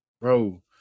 bro